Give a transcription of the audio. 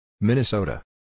Minnesota